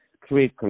create